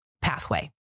pathway